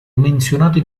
menzionate